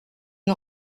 une